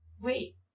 wait